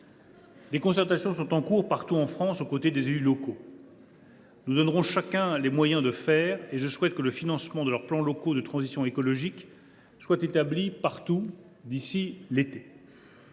Des concertations sont en cours, partout en France, aux côtés des élus locaux. Nous donnerons à chacun les moyens d’agir, et je souhaite que le financement de leurs plans locaux de transition écologique soit assuré partout d’ici à l’été.